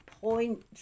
point